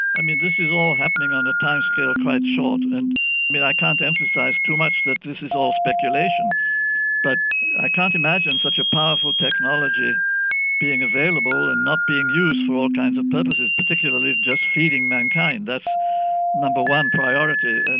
um and this is all happening on a timescale quite short. and i can't emphasise too much that this is all speculation but i can't imagine such a powerful technology being available and not being used for all kinds of purposes, particularly just feeding mankind, that's number one priority. and